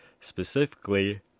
specifically